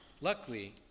Luckily